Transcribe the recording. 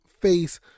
face